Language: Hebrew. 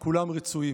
כולם רצויים.